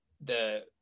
the-